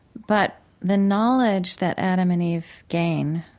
but the knowledge that adam and eve gain